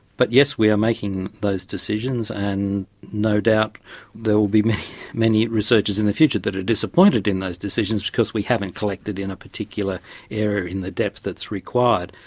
but yes, we are making those decisions, and no doubt there will be many many researchers in the future that are disappointed in those decisions because we haven't collected in a particular area in the depth that's required.